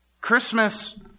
Christmas